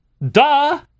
Duh